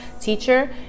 teacher